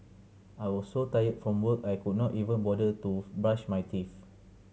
I was so tired from work I could not even bother to brush my teeth